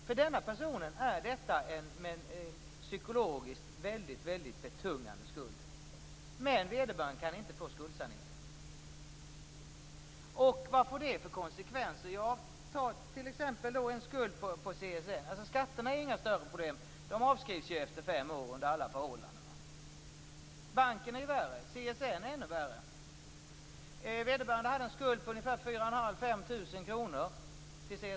För denna person är detta en psykologiskt väldigt betungande skuld, men vederbörande kan inte få skuldsanering. Vad får då detta för konsekvenser? Skatterna är inget större problem, eftersom de under alla förhållanden avskrivs efter fem år. Banken är värre, och CSN är ännu värre. Vederbörande hade en skuld till CSN på ungefär 4 500 eller 5 000 kr.